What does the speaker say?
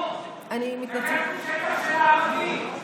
לקחנו שטח של הערבים.